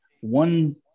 one